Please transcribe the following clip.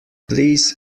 please